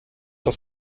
auf